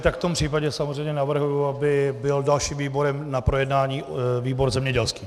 Tak v tom případě samozřejmě navrhuji, aby byl dalším výborem na projednání výbor zemědělský.